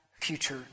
future